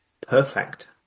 perfect